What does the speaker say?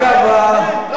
כן.